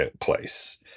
place